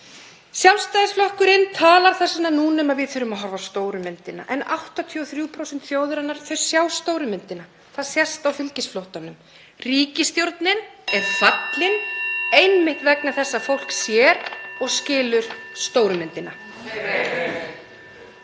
Sjálfstæðisflokkurinn talar þess vegna núna um að við þurfum að horfa á stóru myndina. En 83% þjóðarinnar sjá stóru myndina, það sést á fylgisflóttanum. Ríkisstjórnin er fallin einmitt vegna þess að fólk sér og skilur stóru myndina.